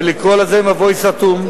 ולקרוא לזה מבוי סתום,